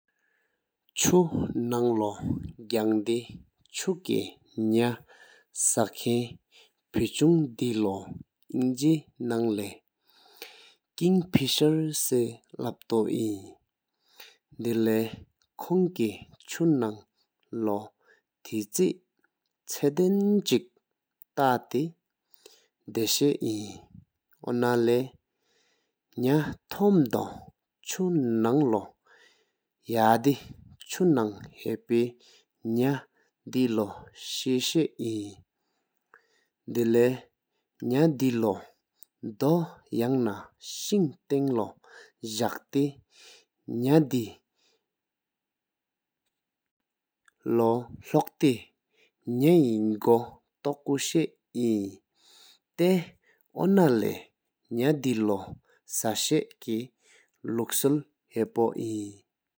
བཅུ་ནང་ལོ་གང་དེ་བཅུ་སྐད་ནེ་ཤ་ཁན་ཕེ་གཅུང་དེ་ལོ་དེ་དབྱང་གི་ནང་ལས་སྐིང་ཕི་སེར་སེ་ལབ་ཏོ་ཨིན། ཁོང་སྐད་བཅུ་ནང་ལོ་ཐེ་ཆེ་ཆ་དེ་འཆིམ་ཏ་ཏེ་དྷ་ཤ་ཨིན། ཨོ་ན་ལས་ནེ་ཐམ་དོ་བཅུ་ནང་ལོ་ཡ་དེ་བཅུ་ནང་ཧ་པས་ནེ་དེ་ལོ་ཤ་ཤེ་ཨིན། ད་ལེས་ནེ་དེ་ལོ་དོ་ཡང་ན་ཤིང་ཏང་ལོ་ཕྱག་ཏེ་ནེ་དེ་ལོག་ཏེ། ནས་ཧེ་སྒོ་ཐོ་སོ་ཨིན། ཏ་ཨོ་ན་ནེ་ནེ་དེ་ལོ་ཤ་ཤེ་སྐད་ཀླུག་ཤཱ་ཧ་པོ་ཨིན།